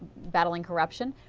battling corruption?